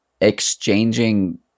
exchanging